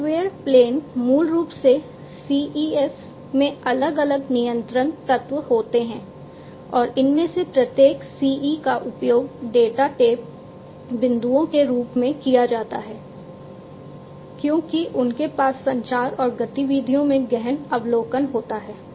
software plane मूल रूप से CEs में अलग अलग नियंत्रण तत्व होते हैं और इनमें से प्रत्येक CE का उपयोग डेटा टैप बिंदुओं के रूप में किया जाता है क्योंकि उनके पास संचार और गतिविधियों में गहन अवलोकन होता है